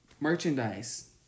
merchandise